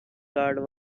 card